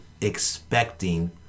expecting